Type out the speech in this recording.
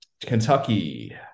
Kentucky